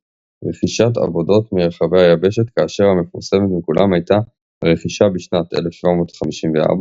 רכישת עבודות מרחבי היבשת כאשר המפורסמת מכולן הייתה הרכישה בשנת 1754,